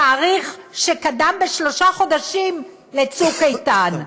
תאריך שקדם בשלושה חודשים ל"צוק איתן".